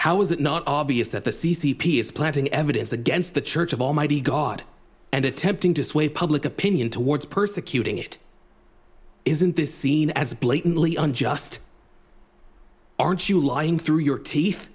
how is it not obvious that the c c p is planting evidence against the church of almighty god and attempting to sway public opinion towards persecuting it isn't this seen as a blatantly unjust aren't you lying through your teeth